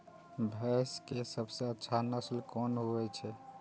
भैंस के सबसे अच्छा नस्ल कोन होय छे?